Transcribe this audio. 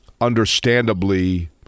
understandably